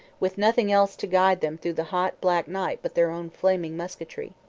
with nothing else to guide them through the hot, black night but their own flaming musketry.